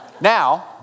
Now